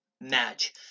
match